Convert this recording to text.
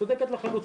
את צודקת לחלוטין.